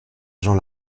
jean